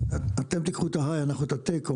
אתם תיקחו את ה-היי ואנחנו את ה-טק.